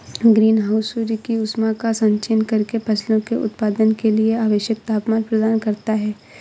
green house सूर्य की ऊष्मा का संचयन करके फसलों के उत्पादन के लिए आवश्यक तापमान प्रदान करता है